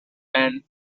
and